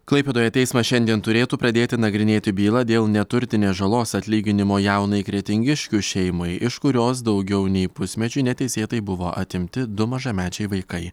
klaipėdoje teismas šiandien turėtų pradėti nagrinėti bylą dėl neturtinės žalos atlyginimo jaunai kretingiškių šeimai iš kurios daugiau nei pusmečiui neteisėtai buvo atimti du mažamečiai vaikai